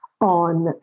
on